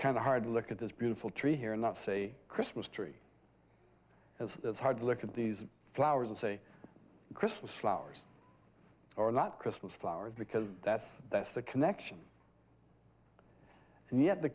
of hard to look at this beautiful tree here and not say christmas tree as that hard look at these flowers and say christmas flowers or not christmas flowers because that's that's the connection and yet the